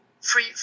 free